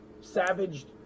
savaged